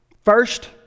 first